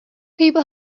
people